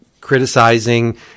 criticizing